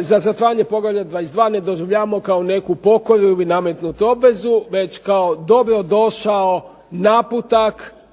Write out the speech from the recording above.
za zatvaranje poglavlja 22. ne doživljavamo kao neku pokoru ili nametnutu obvezu, već kao dobrodošao naputak